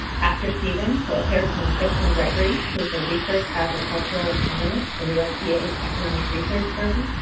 after stephen, we'll hear from christian gregory who is a research agricultural economist from usda's economic research service.